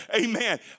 Amen